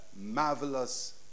marvelous